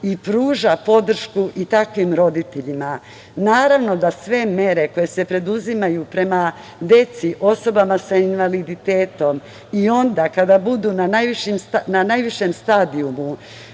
i pruža podršku i takvim roditeljima. Naravno da sve mere koje se preduzimaju prema deci, osobama sa invaliditetom i onda kada budu na najvišem stadijumu